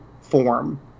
form